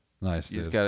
Nice